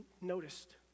noticed